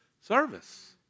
Service